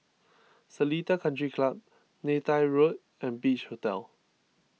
Seletar Country Club Neythai Road and Beach Hotel